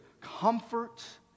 comfort